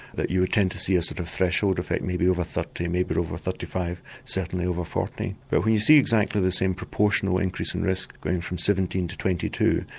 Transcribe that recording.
that you would tend to see a sort of threshold effect, maybe over thirty, maybe over thirty five, certainly over forty, but we see exactly the same proportional increase in risk from seventeen to twenty two,